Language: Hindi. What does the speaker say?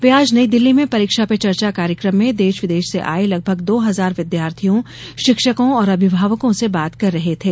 वे आज नई दिल्ली में परीक्षा पे चर्चा कार्यक्रम में देश विदेश से आये लगभग दो हजार विद्यार्थियों शिक्षकों और अभिभावकों से बात कर रहे थे